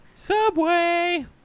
Subway